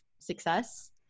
success